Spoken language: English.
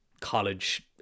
college